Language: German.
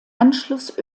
anschluss